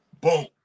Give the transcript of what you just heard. boom